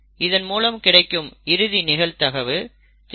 இதன் மூலம் கிடைக்கும் இறுதி நிகழ்தகவு 316